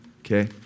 Okay